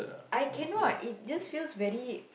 I cannot it just feels very